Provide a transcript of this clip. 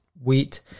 wheat